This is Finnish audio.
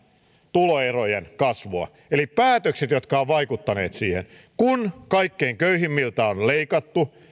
tuloerojen kasvu eli päätökset jotka ovat vaikuttaneet siihen että kaikkein köyhimmiltä on leikattu